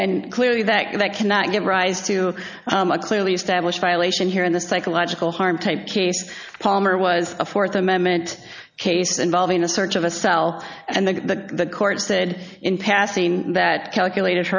and clearly that that cannot give rise to a clearly established violation here in the psychological harm case palmer was a fourth amendment case involving a search of a cell and the court said in passing that calculated